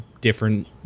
different